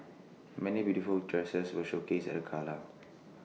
many beautiful dresses were showcased at the gala